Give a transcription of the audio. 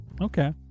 Okay